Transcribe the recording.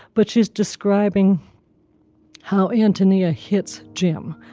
but she's describing how antonia hits jim.